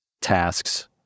tasks